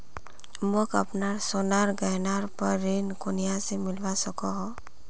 मोक अपना सोनार गहनार पोर ऋण कुनियाँ से मिलवा सको हो?